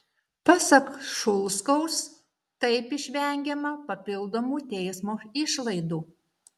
pasak šulskaus taip išvengiama papildomų teismo išlaidų